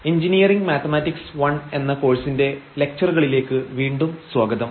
engineering mathematics I എന്ന കോഴ്സിന്റെ ലെക്ചറുകളിലേക്ക് വീണ്ടും സ്വാഗതം